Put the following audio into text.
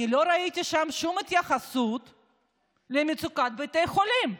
אני לא ראיתי שם שום התייחסות למצוקת בתי החולים.